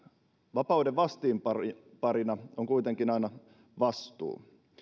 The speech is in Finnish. vapauden vastinparina on kuitenkin aina vastuu